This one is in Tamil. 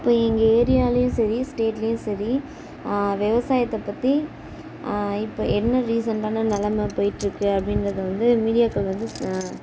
இப்போது எங்கள் ஏரியாவிலயும் சரி ஸ்டேட்லயும் சரி விவசாயத்தை பற்றி இப்போது என்ன ரீசண்டான நிலம போயிட்டிருக்கு அப்படிங்கிறத வந்து மீடியாக்கள் வந்து